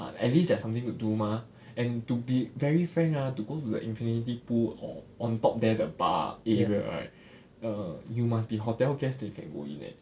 ah at least there's something to do mah and to be very frank ah to go to the infinity pool or on top there the bar area right err you must be hotel guest then you can go in leh